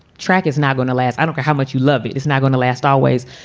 track is not going to last. i don't care how much you love me. it's not going to last always.